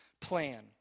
plan